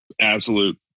absolute